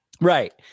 right